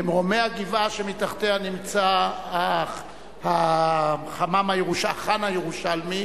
במרומי הגבעה שמתחתיה נמצא החאן הירושלמי,